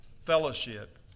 fellowship